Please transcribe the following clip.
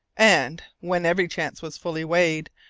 and, when every chance was fully weighed,